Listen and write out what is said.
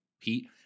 Pete